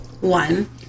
one